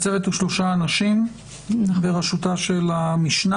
הצוות הוא שלושה אנשים בראשותה של המשנה